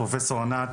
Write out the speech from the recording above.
את פרופסור ענת,